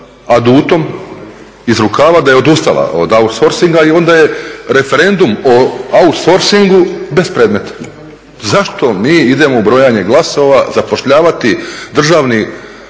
adutom iz rukava da je odustala od outsourcinga i onda je referendum o outsourcingu bespredmetan. Zašto mi idemo u brojanje glasova zapošljavati Državni